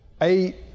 eight